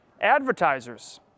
Advertisers